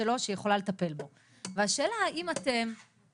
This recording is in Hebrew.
כמה יש במקום אחר וכשהם כבר מוצאים כל מיני מקומות אז אומרים